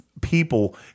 people